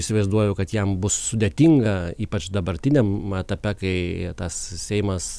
įsivaizduoju kad jam bus sudėtinga ypač dabartiniam etape kai tas seimas